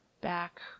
back